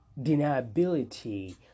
deniability